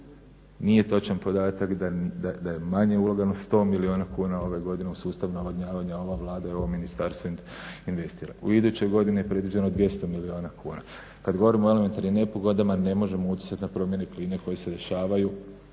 Nije točan podatak da je manje ulagano, 100 milijuna kuna ove godine u sustav navodnjavanja ova Vlada i ovo ministarstvo investira. U idućoj godini predviđeno je 200 milijuna kuna. Kad govorimo o elementarnim nepogodama ne možemo utjecat na promjene klime koje se dešavaju